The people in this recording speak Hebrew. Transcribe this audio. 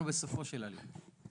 אנחנו בסופו של הליך.